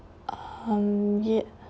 um yup